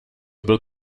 byl